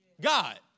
God